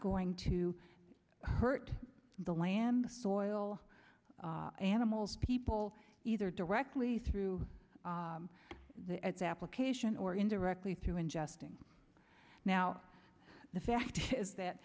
going to hurt the land thought will animals people either directly through the at the application or indirectly through ingesting now the fact is that